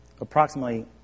approximately